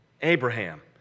Abraham